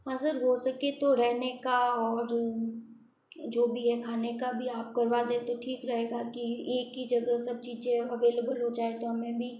हाँ सर हो सके तो रहने का और जो भी है खाने का भी आप करवा दें तो ठीक रहेगा की एक ही जगह सब चीज़ें अवेलेबल हो जाए तो हमें भी